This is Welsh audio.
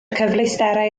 cyfleusterau